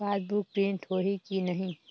Passbook print होही कि नहीं?